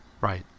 Right